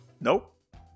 Nope